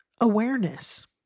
awareness